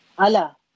ALA